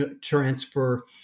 transfer